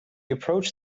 approached